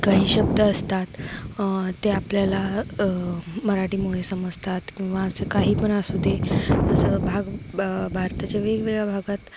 काही शब्द असतात ते आपल्याला मराठीमुळे समजतात किंवा असं काही पण असू दे असं भाग ब भारताच्या वेगवेगळ्या भागात